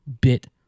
bit